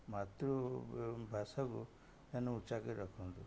ମାତୃଭାଷାକୁ ସେମାନେ ଉଚ୍ଚ କରି ରଖନ୍ତୁ